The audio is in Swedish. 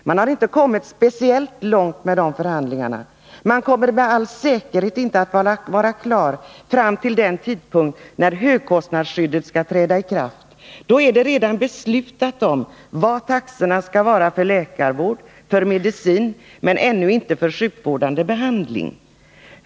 Man har inte kommit speciellt långt med dessa förhandlingar. Man kommer med all säkerhet inte att vara klar vid den tidpunkt då högskostnadsskyddet skall träda i kraft. Då är det redan beslutat vad taxorna skall vara för läkarvård och medicin, men ännu inte för sjukvårdande behandling.